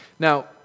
Now